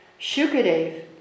Shukadev